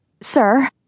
sir